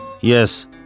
yes